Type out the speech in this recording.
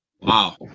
Wow